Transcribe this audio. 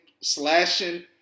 slashing